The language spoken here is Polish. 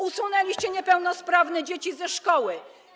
Usunęliście niepełnosprawne dzieci ze szkoły.